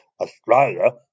Australia